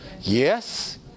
Yes